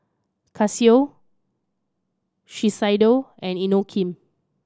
Casio Shiseido and Inokim